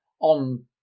on